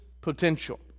potential